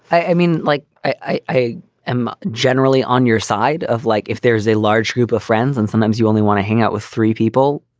i mean, like i am generally on your side of life like if there's a large group of friends and sometimes you only want to hang out with three people.